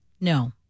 No